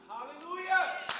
Hallelujah